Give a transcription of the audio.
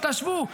תשוו.